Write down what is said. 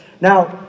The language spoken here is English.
Now